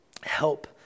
help